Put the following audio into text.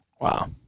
Wow